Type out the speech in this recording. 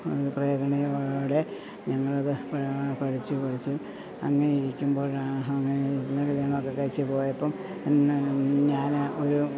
പ്രേരണയോടെ ഞങ്ങളത് പഠിച്ചു കുറച്ച് അങ്ങനെ ഇരിക്കുമ്പോൾ അങ്ങനെ കല്ല്യാണമൊക്കെ കഴിച്ച് പോയപ്പം ഞാൻ ഒരു